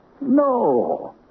No